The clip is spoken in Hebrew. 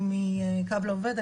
אני מקו לעובד,